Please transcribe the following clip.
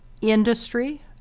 Industry